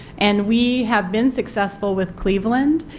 and we have been successful with cleveland,